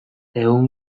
egun